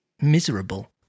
miserable